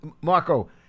Marco